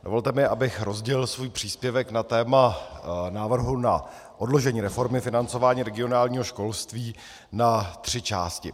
Dovolte mi, abych rozdělil svůj příspěvek na téma návrhu na odložení reformy financování regionálního školství na tři části.